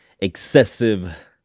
excessive